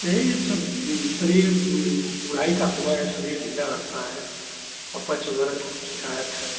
यही सब शरीर बुढ़ाई का समय है शरीर ढीला रहता है अपच वग़ैरह की शिकायत है